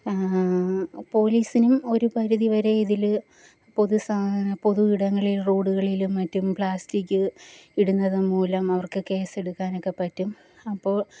പോലീസിനും ഒരു പരിധി വരെ ഇതിൽ പൊതുസാ പൊതു ഇടങ്ങളിൽ റോഡുകളിലും മറ്റും പ്ലാസ്റ്റിക്ക് ഇടുന്നതു മൂലം അവർക്ക് കേസെടുക്കാനൊക്കെ പറ്റും അപ്പോൾ